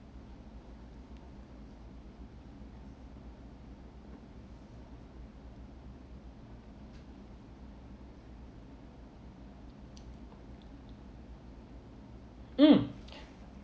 mm